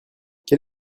quel